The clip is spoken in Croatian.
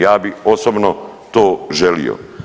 Ja bih osobno to želio.